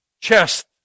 chest